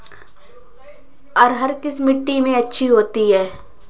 अरहर किस मिट्टी में अच्छी होती है?